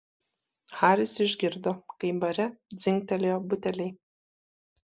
haris išgirdo kaip bare dzingtelėjo buteliai